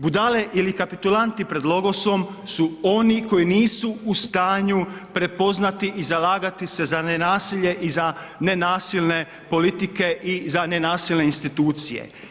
Budale ili kapitulanti pred logosom su oni koji nisu u stanju prepoznati i zalagati se za nenasilje i za nenasilne politike i za nenasilne institucije.